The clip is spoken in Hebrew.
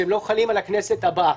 שהם לא חלים על הכנסת הבאה.